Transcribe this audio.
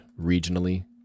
regionally